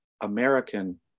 american